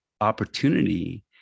opportunity